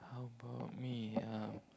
how about me uh